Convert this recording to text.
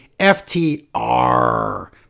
FTR